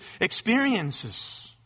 experiences